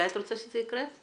מתי את רוצה שזה יקרה?